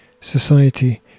Society